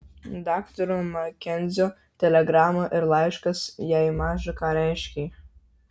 daktaro makenzio telegrama ir laiškas jai maža ką reiškė